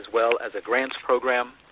well as a grants program,